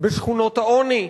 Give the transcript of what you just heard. בשכונות העוני,